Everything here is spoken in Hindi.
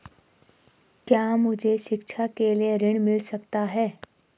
क्या मुझे शिक्षा के लिए ऋण मिल सकता है?